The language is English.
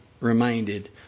reminded